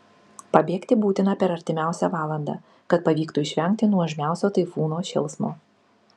pabėgti būtina per artimiausią valandą kad pavyktų išvengti nuožmiausio taifūno šėlsmo